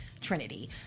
Trinity